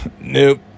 Nope